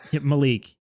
Malik